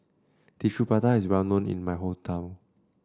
Tissue Prata is well known in my hometown